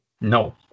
No